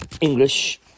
English